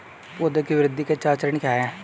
पौधे की वृद्धि के चार चरण क्या हैं?